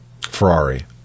Ferrari